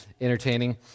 entertaining